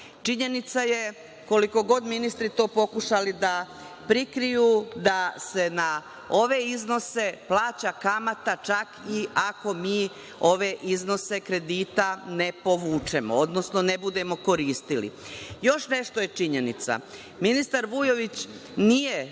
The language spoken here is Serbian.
evra. Činjenica je, koliko god ministri to pokušali da prikriju, da se na ove iznose plaća kamata čak i ako mi ove iznose kredita ne povučemo, odnosno ne budemo koristili. Još nešto je činjenica. Ministar Vujović nije